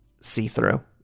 see-through